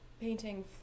painting